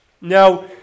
Now